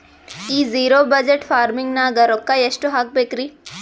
ಈ zero budget farming ನಾಗ್ ರೊಕ್ಕ ಎಷ್ಟು ಹಾಕಬೇಕರಿ?